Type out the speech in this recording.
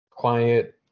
quiet